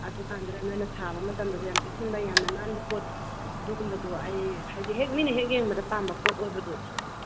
ꯑꯗꯨꯀꯥꯟꯗꯨꯗ ꯅꯣꯏꯅ ꯁꯥꯕ ꯃꯇꯝꯗꯁꯨ ꯌꯥꯝ ꯆꯦꯛꯁꯤꯟꯕ ꯌꯥꯝꯅ ꯅꯥꯟꯕ ꯄꯣꯠ ꯑꯗꯨꯒꯨꯝꯕꯗꯣ ꯑꯩ ꯍꯥꯏꯕꯗꯤ ꯃꯤꯅ ꯍꯦꯛ ꯌꯦꯡꯕꯗ ꯄꯥꯝꯕ ꯄꯣꯠ ꯑꯣꯏꯕꯗꯣ